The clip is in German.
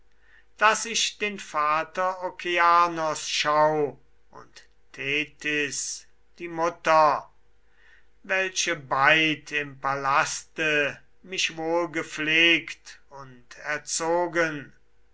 daß ich den vater okeanos schau und thetys die mutter welche beid im palaste mich wohl gepflegt und erzogen